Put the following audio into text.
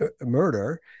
murder